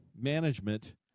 management